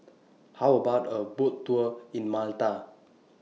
How about A Boat Tour in Malta